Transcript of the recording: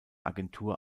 agentur